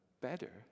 better